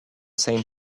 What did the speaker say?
same